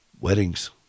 weddings